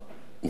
אוחדה,